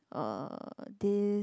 uh this